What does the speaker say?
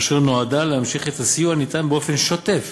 אשר נועדה להמשיך את הסיוע הניתן באופן שוטף